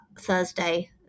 Thursday